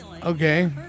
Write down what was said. Okay